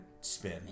spin